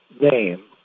name